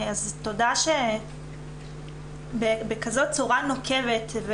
אז תודה שבכזאת צורה נוקבת,